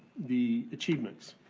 the achievements.